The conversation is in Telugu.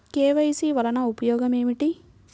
కే.వై.సి వలన ఉపయోగం ఏమిటీ?